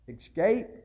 escape